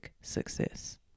success